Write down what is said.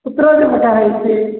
कुत्र उद्घाटनमिति